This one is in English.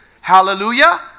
Hallelujah